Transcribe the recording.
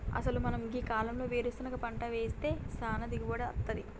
అసలు మనం గీ కాలంలో వేరుసెనగ పంట వేస్తే సానా దిగుబడి అస్తుంది